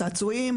צעצועים,